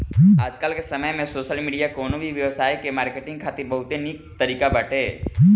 आजकाल के समय में सोशल मीडिया कवनो भी व्यवसाय के मार्केटिंग खातिर बहुते निक तरीका बाटे